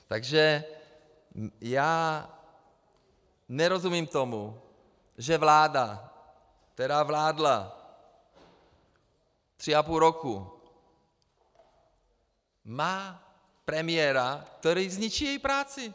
Takže já nerozumím tomu, že vláda, která vládla tři a půl roku, má premiéra, který zničí její práci.